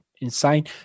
insane